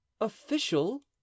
official